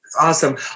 awesome